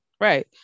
Right